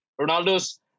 Ronaldo's